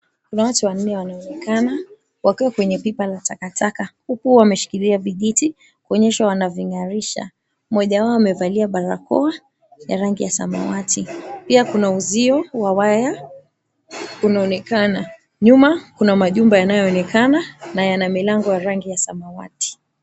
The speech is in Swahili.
Kuna watu wanaonekana wakiwa kwenye pipa la takataka huku wameshikilia vijiti kuonyesha wanazing'arisha. Mmoja wao amevalia barakoa ya rangi ya samawati. Pia kuna uzio wa waya unaonekana. Nyuma kuna majumba yanayoonekana na yana milango ya rangi ya samawati.